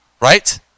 right